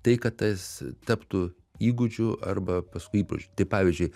tai kad tas taptų įgūdžiu arba paskui ypač tai pavyzdžiui